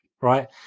right